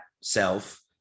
self